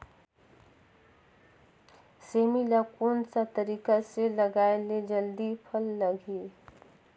सेमी ला कोन सा तरीका से लगाय ले जल्दी फल लगही?